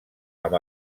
amb